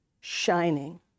shining